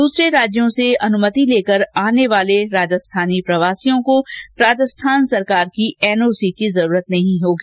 दूसरे राज्यों से अनुमति लेकर आने वाले राजस्थानी प्रवासियों को राजस्थान सरकार की एनओसी की जरूरत नहीं होगी